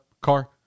car